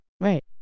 Right